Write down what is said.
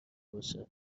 باشه